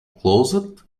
closet